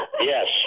Yes